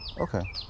Okay